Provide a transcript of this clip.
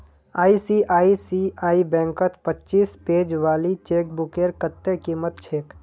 ICICI बैंकत पच्चीस page वाली चेकबुकेर कत्ते कीमत छेक